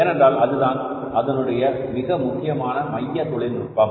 ஏனென்றால் அதுதான் அதனுடைய மிக முக்கியமான மைய தொழில்நுட்பம்